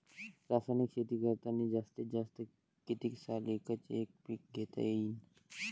रासायनिक शेती करतांनी जास्तीत जास्त कितीक साल एकच एक पीक घेता येईन?